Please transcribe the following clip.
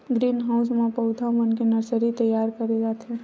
green house म पउधा मन के नरसरी तइयार करे जाथे